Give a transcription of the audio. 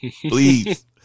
Please